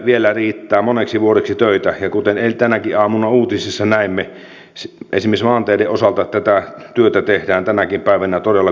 vielä riittää moneksi vuodeksi töitä ja kuten tänäkin aamuna uutisissa näimme esimerkiksi maanteiden osalta tätä työtä tehdään tänäkin päivänä todella kuumeisesti